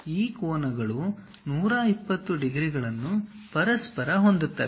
ಈ ಕೋನಗಳು 120 ಡಿಗ್ರಿಗಳನ್ನು ಪರಸ್ಪರ ಹೊಂದುತ್ತವೆ